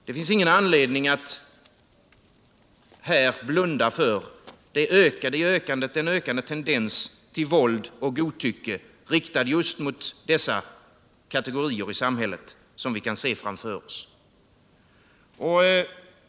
Det finns ingen anledning att här blunda för den ökande tendens till våld och godtycke, riktad just mot dessa kategorier i samhället, som vi kan se framför oss.